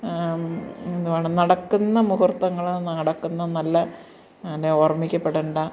എന്തുവാണ് നടക്കുന്ന മുഹൂർത്തങ്ങള് നടക്കുന്ന നല്ല അല്ലേ ഓർമിക്കപ്പെടേണ്ട